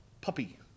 puppy